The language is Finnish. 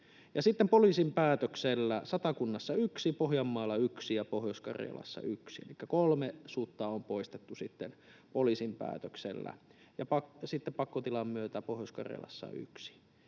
poliisin päätöksellä Satakunnassa yksi, Pohjanmaalla yksi ja Pohjois-Karjalassa yksi. Elikkä kolme sutta on poistettu poliisin päätöksellä. Ja sitten pakkotilan myötä Pohjois-Karjalassa